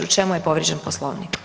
U čemu je povrijeđen Poslovnik?